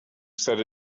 said